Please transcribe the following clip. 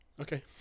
Okay